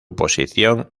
posición